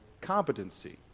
competency